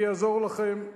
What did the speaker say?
אני אעזור לכם: